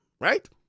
Right